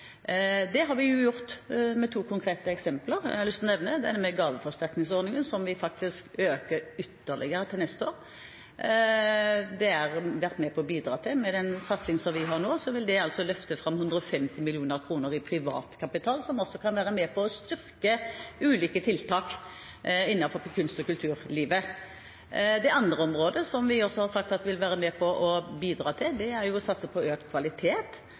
Det har vi gjort ved hjelp av to konkrete eksempler som jeg har lyst å nevne. Det ene er gaveforsterkningsordningen, som vi styrker ytterligere til neste år. Med den satsingen vi har nå, vil det løfte fram 150 mill. kr i privat kapital, som kan være med på å styrke ulike tiltak innenfor kunsten og kulturlivet. Det andre vi også har sagt at vi vil være med på å bidra til, er satsing på økt kvalitet gjennom bl.a. det talentutviklingsprogrammet som det også er